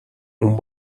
اون